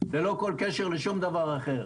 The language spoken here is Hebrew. ללא כל קשר לשום דבר אחר.